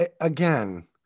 again